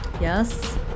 Yes